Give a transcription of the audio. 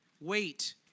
Wait